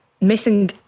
missing